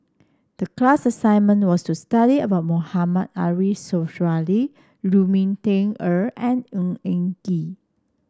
the class assignment was to study about Mohamed Ariff Suradi Lu Ming Teh Earl and Ng Eng Kee